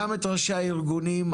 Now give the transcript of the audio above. גם את ראשי הארגונים,